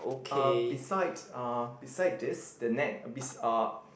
uh beside uh beside this the net bes~(uh)